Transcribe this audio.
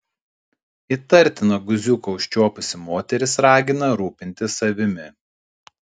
įtartiną guziuką užčiuopusi moteris ragina rūpintis savimi